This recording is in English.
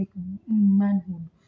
manhood